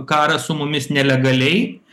karą su mumis nelegaliai